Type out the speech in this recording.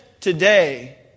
today